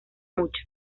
mucho